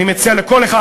אני מציע לכל אחד,